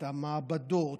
את המעבדות,